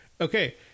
Okay